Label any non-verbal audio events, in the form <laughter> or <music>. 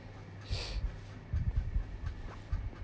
<breath>